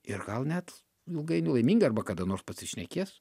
ir gal net ilgai ir laimingai arba kada nors pasišnekės